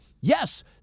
yes